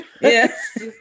yes